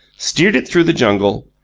steered it through the jungle,